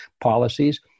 policies